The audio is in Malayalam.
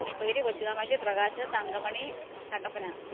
പുഷ്പഗിരി കൊച്ച്കാമാക്ഷി പ്രകാശ് തങ്കമണി കട്ടപ്പന